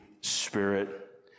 spirit